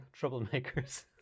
troublemakers